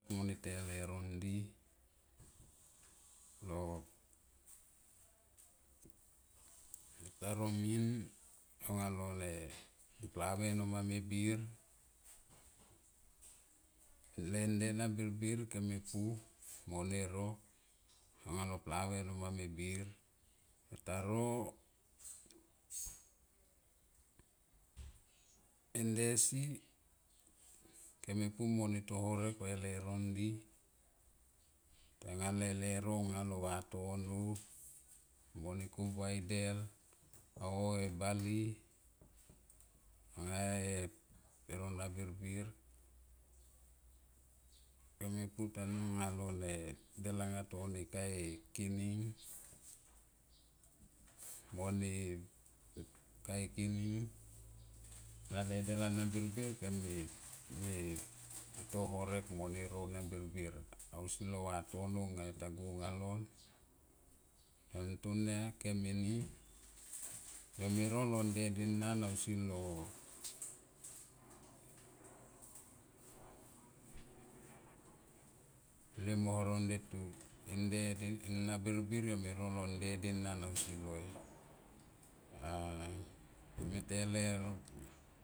Mone te e leuro ndi lo taro min alo ne plave no manga me bir. Le nde na birbir kem me pu mone ro ang lo plave no manga mebir pertano nde si kem me pu mo to horek va e leuro ndi, tanga le leuro nga lo vatono mo ne kumbua e del aoi e bale anga e ronga birbir kem me pu tanga lone del anga to ne kai e kining mo ne ka e kining anga te de ana birbir kem me to e horek mo ne ro ania birbir ausi lo vatono anga yo to anga ion. Son tonia kem e ni yo me ro lo nde deden ausi lon lien horom nde tu e nde ana birbir yo me ro lo nde denan au si lon a yo me te eleuro go.